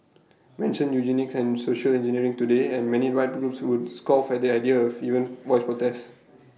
mention eugenics and social engineering today and many rights groups would scoff at the idea even voice protest